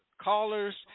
callers